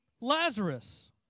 Lazarus